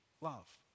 love